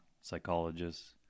psychologists